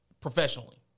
professionally